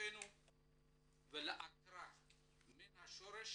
שבתוכנו ולעקרה מן השורש